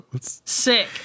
Sick